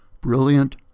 Brilliant